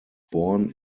born